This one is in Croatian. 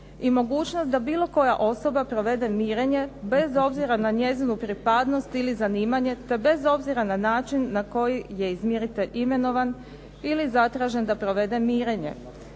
i mogućnost da bilo koja osoba provede mirenje bez obzira na njezinu pripadnost ili zanimanje, te bez obzira na način na koji je izmiritelj imenovan ili zatražen da provede mirenje.